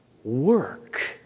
Work